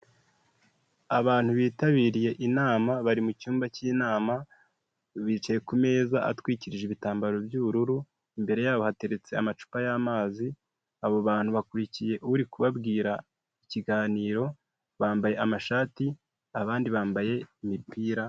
Abantu bitabiriye inama bari mucyumba cy'inama bicaye ku meza atwikirije ibitambaro by'ubururu imbere yabo hateretse amacupa y'amazi. Abo bantu bakurikiye uri kubabwira ikiganiro, bambaye amashati abandi bambaye imipira.